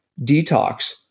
detox